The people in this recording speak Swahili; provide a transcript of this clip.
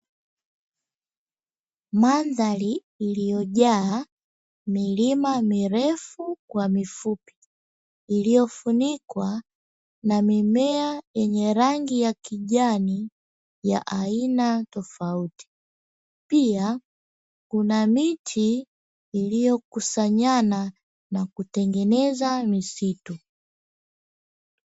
Mandhari iliyojaa milima mirefu kwa mifupi, iliyofunikwa na mimea yenye rangi ya kijani ya aina tofauti, pia kuna miti iliyokusanyana na kutengeneza misitu.